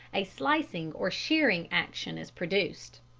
a slicing or shearing action is produced.